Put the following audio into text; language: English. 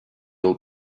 old